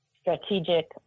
strategic